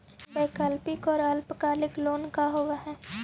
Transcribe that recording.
वैकल्पिक और अल्पकालिक लोन का होव हइ?